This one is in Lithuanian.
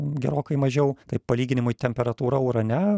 gerokai mažiau kai palyginimui temperatūra urane